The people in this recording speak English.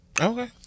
Okay